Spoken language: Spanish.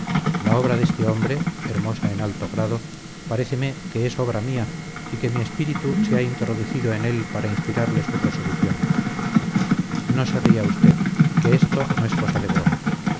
la obra de este hombre hermosa en alto grado paréceme que es obra mía y que mi espíritu se ha introducido en él para inspirarle sus resoluciones no se ría usted que esto no es cosa de broma